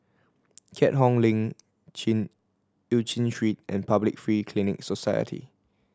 Keat Hong Link Chin Eu Chin Street and Public Free Clinic Society